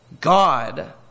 God